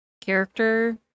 character